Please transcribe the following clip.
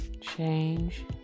change